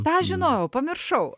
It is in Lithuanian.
tą žinojau pamiršau